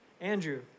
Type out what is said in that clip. Andrew